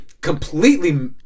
Completely